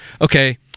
Okay